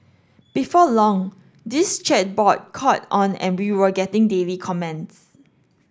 before long this chat board caught on and we were getting daily comments